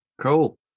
Cool